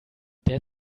der